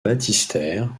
baptistère